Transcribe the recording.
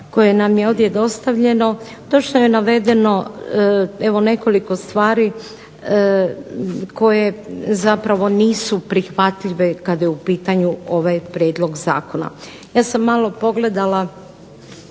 koje nam je ovdje dostavljeno točno je navedeno evo nekoliko stvari koje zapravo nisu prihvatljive kada je u pitanju ovaj prijedlog zakona. Ja sam malo pogledala